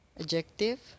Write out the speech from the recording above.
adjective